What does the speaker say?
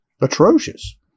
atrocious